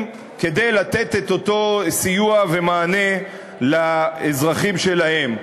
כדי לתת את אותו סיוע ומענה לאזרחים שלהן.